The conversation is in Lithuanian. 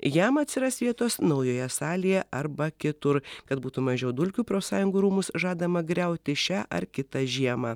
jam atsiras vietos naujoje salėje arba kitur kad būtų mažiau dulkių profsąjungų rūmus žadama griauti šią ar kitą žiemą